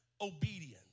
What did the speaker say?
obedience